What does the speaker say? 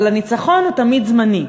אבל הניצחון הוא תמיד זמני.